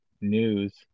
news